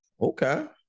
okay